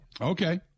Okay